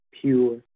pure